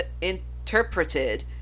interpreted